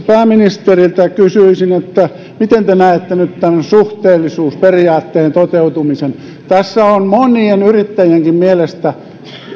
pääministeriltä kysyisin miten te näette nyt suhteellisuusperiaatteen toteutumisen tässä on monien yrittäjienkin mielestä